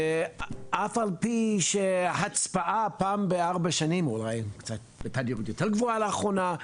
אף על פי שהצבעה פעם בארבע שנים ואולי בתדירות קצת יותר גבוהה לאחרונה,